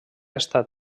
estat